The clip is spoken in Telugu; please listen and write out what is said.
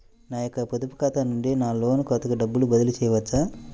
నా యొక్క పొదుపు ఖాతా నుండి నా లోన్ ఖాతాకి డబ్బులు బదిలీ చేయవచ్చా?